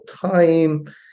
time